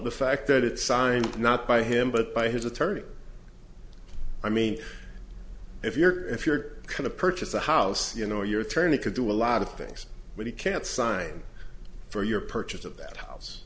the fact that it signed not by him but by his attorney i mean if you're if you're going to purchase a house you know your attorney could do a lot of things but he can't sign for your purchase of that house